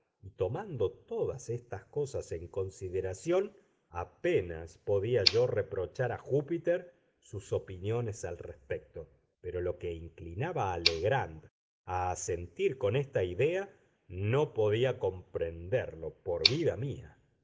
tomando todas estas cosas en consideración apenas podía yo reprochar a júpiter sus opiniones al respecto pero lo que inclinaba a legrand a asentir con esta idea no podía comprenderlo por vida mía